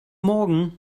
morgen